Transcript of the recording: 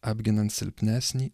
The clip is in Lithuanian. apginant silpnesnį